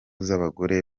z’abagore